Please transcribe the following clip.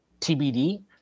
tbd